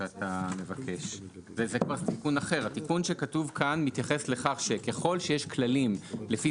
התיקון שכתוב כאן מתייחס לכך שככל שיש כללים לפי